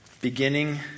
beginning